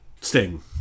Sting